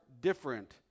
different